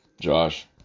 Josh